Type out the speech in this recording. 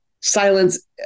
silence